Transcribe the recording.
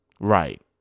Right